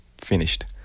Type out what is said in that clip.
finished